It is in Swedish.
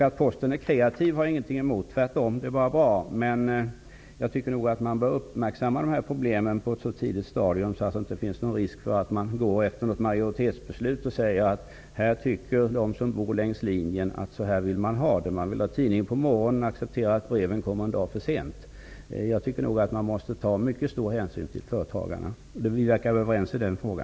Att Posten är kreativ har jag ingenting emot -- det är tvärtom bara bra -- men man bör uppmärksamma dessa frågor på ett tidigt stadium, och man bör inte fatta beslut på grundval av önskemålen från en majoritet som bor längs linjen, t.ex. om att få tidningen på morgonen samtidigt som det accepteras att breven kommer en dag för sent. Vi verkar vara överens om att man måste ta mycket stor hänsyn till företagarna.